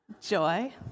Joy